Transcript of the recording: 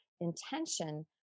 intention